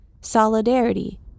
solidarity